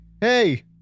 Hey